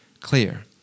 Clear